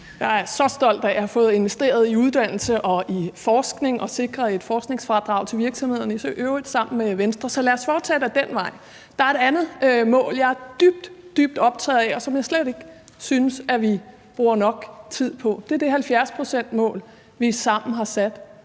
Jeg er så stolt af at have fået investeret i uddannelse og forskning og have sikret et forskningsfradrag til virksomhederne – i øvrigt sammen med Venstre, så lad os fortsætte ad den vej. Der er et andet mål, som jeg er dybt, dybt optaget af, og som jeg slet ikke synes vi bruger nok tid på, og det er det her 70-procentsmål, vi sammen har sat.